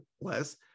less